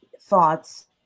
thoughts